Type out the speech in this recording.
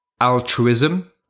altruism